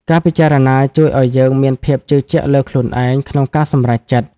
ការពិចារណាជួយឱ្យយើងមានភាពជឿជាក់លើខ្លួនឯង ក្នុងការសម្រេចចិត្ត។